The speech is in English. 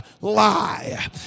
lie